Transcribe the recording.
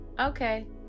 Okay